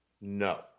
no